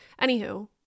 Anywho